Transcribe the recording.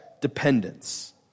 dependence